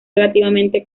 relativamente